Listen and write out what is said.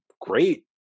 great